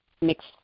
mix